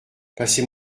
passez